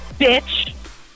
Bitch